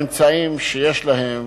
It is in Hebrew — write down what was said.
באמצעים שיש להן,